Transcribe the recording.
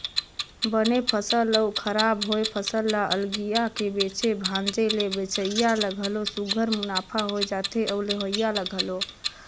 बने फसल अउ खराब होए फसल ल अलगिया के बेचे भांजे ले बेंचइया ल घलो सुग्घर मुनाफा होए जाथे अउ लेहोइया ल घलो